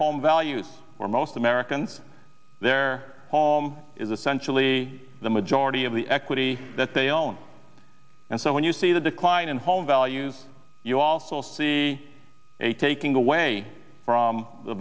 their home values or most americans their home is essentially the majority of the equity that they own and so when you see the decline in home values you also see a taking away from the